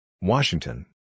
Washington